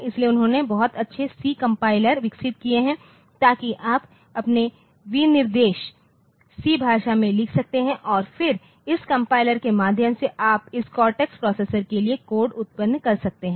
इसलिए उन्होंने बहुत अच्छे C कंपाइलर विकसित किए हैं ताकि आप अपने विनिर्देश C भाषा में लिख सकते हैं और फिर इस कंपाइलर के माध्यम से आप इस कॉर्टेक्स प्रोसेसर के लिए कोड उत्पन्न कर सकते हैं